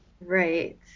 Right